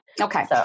Okay